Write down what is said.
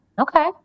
Okay